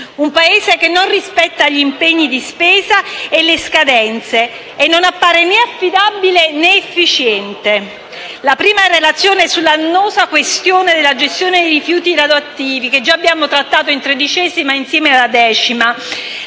un Paese che non rispetta gli impegni di spesa e le scadenze e che non appare né affidabile, né efficiente. La prima relazione è relativa all'annosa questione della gestione dei rifiuti radioattivi, che già abbiamo trattato in 13ª Commissione, insieme alla 10ª